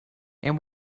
and